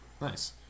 Nice